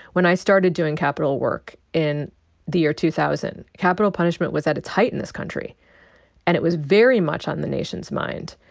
when i started doing capital work in the year two thousand, capital punishment was at its height in this country and it was very much on the nation's mind.